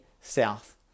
south